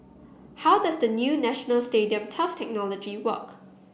how does the new National Stadium turf technology work